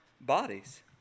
bodies